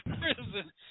prison